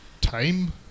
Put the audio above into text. time